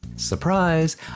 Surprise